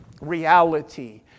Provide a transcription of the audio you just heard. reality